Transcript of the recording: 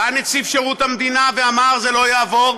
בא נציב שירות המדינה ואמר: זה לא יעבור.